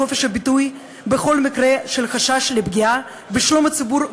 חופש הביטוי בכל מקרה של חשש לפגיעה בשלום הציבור,